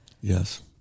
Yes